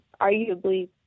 arguably